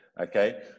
okay